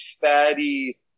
fatty